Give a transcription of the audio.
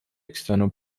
external